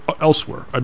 elsewhere